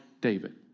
David